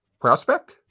prospect